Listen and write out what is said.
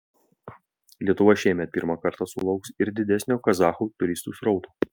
lietuva šiemet pirmą kartą sulauks ir didesnio kazachų turistų srauto